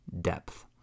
depth